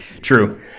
True